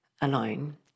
alone